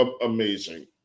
amazing